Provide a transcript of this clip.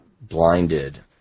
blinded